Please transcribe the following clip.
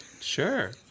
sure